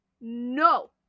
No